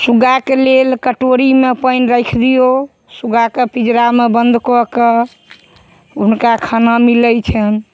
सुग्गाके लेल कटोरीमे पानि राखि दिऔ सूगाके पिजड़ामे बन्द कऽ कए हुनका खाना मिलै छनि